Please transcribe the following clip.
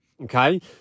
okay